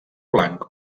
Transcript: blanc